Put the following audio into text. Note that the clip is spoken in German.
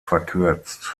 verkürzt